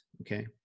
okay